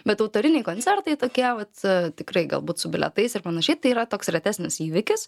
bet autoriniai koncertai tokie vat tikrai galbūt su bilietais ir panašiai tai yra toks retesnis įvykis